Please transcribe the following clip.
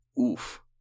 Oof